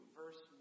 verse